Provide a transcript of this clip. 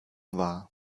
wahr